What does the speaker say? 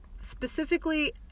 Specifically